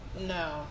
no